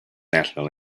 national